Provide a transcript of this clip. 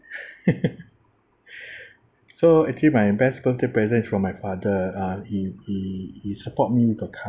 so actually my best birthday present is from my father uh he he he support me with a car